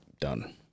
done